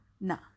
No